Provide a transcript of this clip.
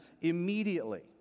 immediately